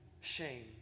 shame